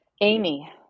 Amy